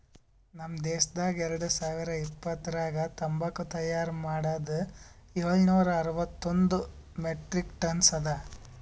ನಮ್ ದೇಶದಾಗ್ ಎರಡು ಸಾವಿರ ಇಪ್ಪತ್ತರಾಗ ತಂಬಾಕು ತೈಯಾರ್ ಮಾಡದ್ ಏಳು ನೂರಾ ಅರವತ್ತೊಂದು ಮೆಟ್ರಿಕ್ ಟನ್ಸ್ ಅದಾ